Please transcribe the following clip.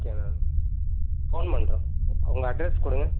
okay ma'am phone பண்ணுற உங்கள் address கொடுங்க